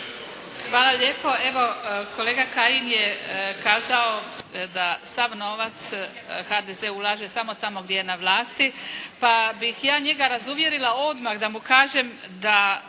Hvala lijepo. Evo, kolega Kajin je kazao da sav novac HDZ ulaže samo tamo gdje je na vlasti. Pa bih ja njega razuvjerila odmah da mu kažem da